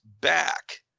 back